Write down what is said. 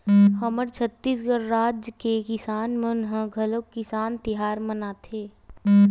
हमर छत्तीसगढ़ राज के किसान मन ह घलोक किसान तिहार मनाथे